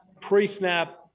pre-snap